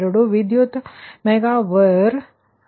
452 power unit mega var ಆಗಿರುತ್ತದೆ